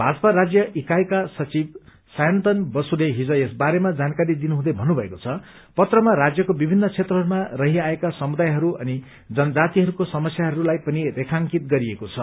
भाजपा राज्य इकाईका सचिव सायन्तन बसुले हिज यस बारेमा जानकारी दिनुहुँदै भन्नुभएको छ पत्रमा राज्यको विभिन्न क्षेत्रहरूमा रही आएका समुदायहरू अनि जनजातिहरूको समस्याहरूलाई पनि रेखांकित गरिएको छ